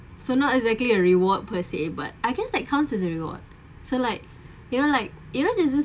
so not exactly a reward per se but I guess that counts as a reward so like you know like you know there's this